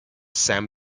sam